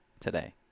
today